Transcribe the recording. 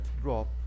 drop